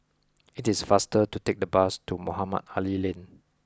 it is faster to take the bus to Mohamed Ali Lane